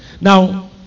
Now